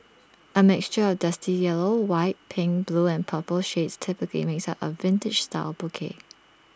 A mixture of dusty yellow white pink blue and purple shades typically makes up A vintage style bouquet